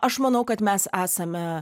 aš manau kad mes esame